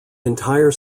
entire